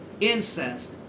incense